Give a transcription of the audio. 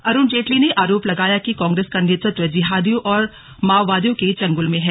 अरुण जेटली ने आरोप लगाया कि कांग्रेस का नेतृत्व जिहादियों और माओवादियों के चंगुल में है